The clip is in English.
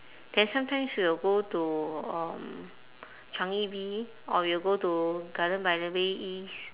then sometimes we will go to um changi V or we'll go to garden by the bay east